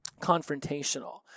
confrontational